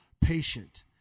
patient